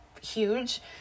huge